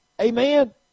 Amen